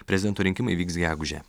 prezidento rinkimai vyks gegužę